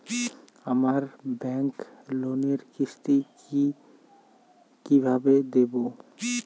আমার ব্যাংক লোনের কিস্তি কি কিভাবে দেবো?